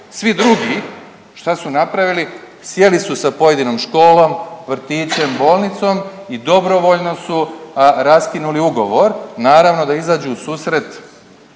Svi drugi šta su napravili? Sjeli su sa pojedinom školom, vrtićem, bolnicom i dobrovoljno su raskinuli ugovor naravno da izađu u susret